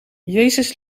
jezus